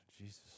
Jesus